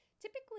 Typically